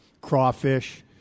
crawfish